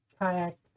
kayak